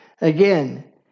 Again